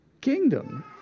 kingdom